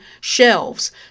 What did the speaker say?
shelves